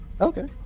Okay